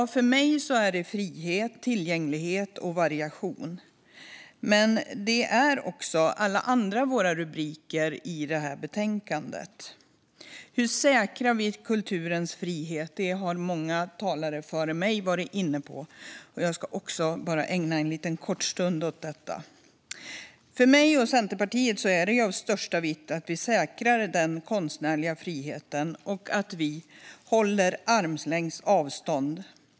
För mig är det frihet, tillgänglighet och variation. Men det är också alla våra rubriker i betänkandet. Hur säkrar vi kulturens frihet? Det har många talare före mig varit inne på. Jag ska också ägna en liten kort stund åt detta. För mig och Centerpartiet är det av största vikt att vi säkrar den konstnärliga friheten och att vi håller armlängds avstånd.